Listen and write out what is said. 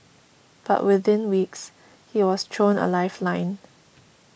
but within weeks he was thrown a lifeline